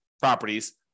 properties